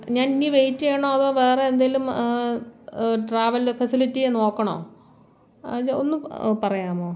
ഞാൻ ഇനി വെയ്റ്റ് ചെയ്യണോ അതോ വേറെ എന്തെങ്കിലും ട്രാവൽ ഫെസിലിറ്റി നോക്കണോ അത് ഒന്നു പറയാമോ